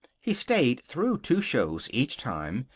he stayed through two shows each time,